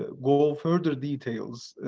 ah go further details